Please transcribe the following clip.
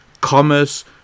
Commerce